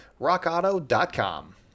rockauto.com